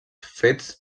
fets